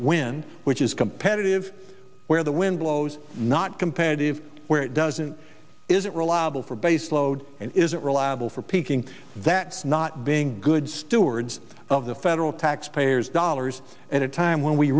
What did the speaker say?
wind which is competitive where the wind blows not competitive where it doesn't isn't reliable for baseball isn't reliable for peaking that's not being good stewards of the federal taxpayers dollars at a time when we